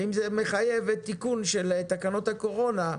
אם זה מחייב תיקון של תקנות הקורונה,